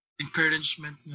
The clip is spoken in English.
encouragement